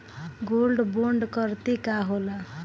Gold bond करतिं का होला?